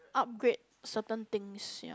upgrade certain things ya